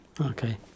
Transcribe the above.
Okay